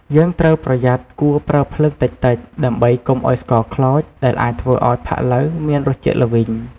យើងត្រូវប្រយ័ត្នគួរប្រើភ្លើងតិចៗ ដើម្បីកុំឱ្យស្ករខ្លោច ដែលអាចធ្វើឱ្យផាក់ឡូវមានរសជាតិល្វីង។